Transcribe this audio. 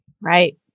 Right